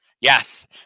Yes